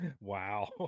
wow